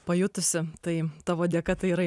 pajutusi tai tavo dėka tai yra